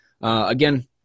Again